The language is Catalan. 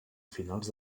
finals